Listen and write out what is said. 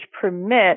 permit